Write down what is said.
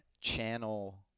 channel